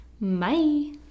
Bye